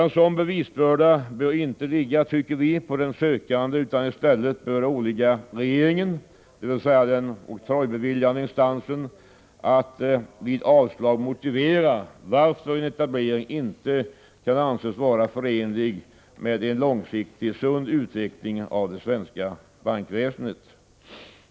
En sådan bevisbörda bör inte ligga på den sökande utan i stället bör det åligga den oktrojbeviljande instansen, dvs. regeringen, att vid avslag motivera varför en etablering inte kan antas vara förenlig med en långsiktig sund utveckling av det svenska bankväsendet.